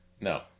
No